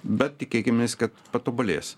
bet tikėkimės kad patobulės